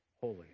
holy